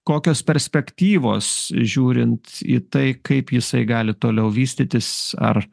kokios perspektyvos žiūrint į tai kaip jisai gali toliau vystytis ar